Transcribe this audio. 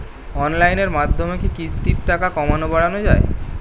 অনলাইনের মাধ্যমে কি কিস্তির টাকা কমানো বাড়ানো যায়?